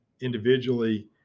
individually